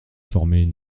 formaient